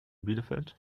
bielefeld